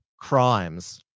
crimes